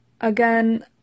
again